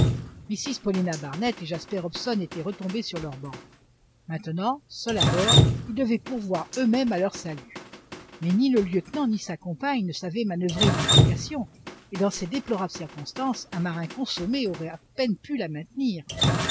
mrs paulina barnett et jasper hobson étaient retombés sur leur banc maintenant seuls à bord ils devaient pourvoir eux-mêmes à leur salut mais ni le lieutenant ni sa compagne ne savaient manoeuvrer une embarcation et dans ces déplorables circonstances un marin consommé aurait à peine pu la maintenir